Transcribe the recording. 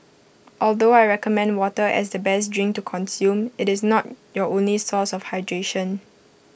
although I recommend water as the best drink to consume IT is not your only source of hydration